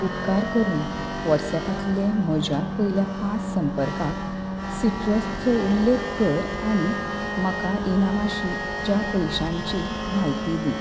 उपकार करून व्हॉट्सॲपांतलें म्हज्या पयल्या पांच संपर्कांक सिट्रसचो उल्लेख कर आनी म्हाका इनामाची च्या पयशांची म्हायती दी